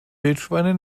wildschweine